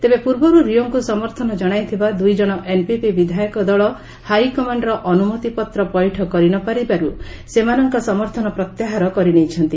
ତେବେ ପୂର୍ବରୁ ରିଓଙ୍କୁ ସମର୍ଥନ କଣାଇଥିବା ଦୁଇଜଣ ଏନ୍ପିପି ବିଧାୟକ ଦକ ହାଇକମାଣ୍ଡର ଅନୁମତି ପତ୍ର ପଇଠ କରି ନ ପାରିବାରୁ ସେମାନଙ୍କ ସମର୍ଥନ ପ୍ରତ୍ୟାହାର କରି ନେଇଛନ୍ତି